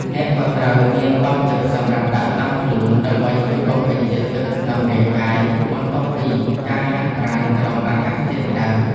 អ្នកក៏ត្រូវមានដបទឹកសម្រាប់ដាក់តាមខ្លួន ដើម្បីជួយបំពេញជាតិទឹកក្នុងរាងកាយ បន្ទាប់ពីការហាត់ប្រាណក្រោមអាកាសធាតុក្ដៅ។